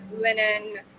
linen